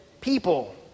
people